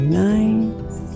nice